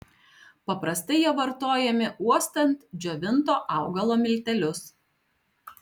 paprastai jie vartojami uostant džiovinto augalo miltelius